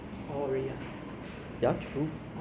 maybe chinese your english is better lah but